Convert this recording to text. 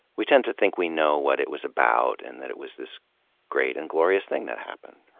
we tend to think we know what it was about and that it was this great and glorious thing that happened. right.